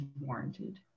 warranted